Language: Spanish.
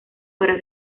para